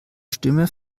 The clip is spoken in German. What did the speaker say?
stimme